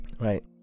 Right